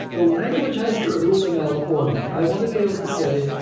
the language has to rule them out for me. i want to be able to say,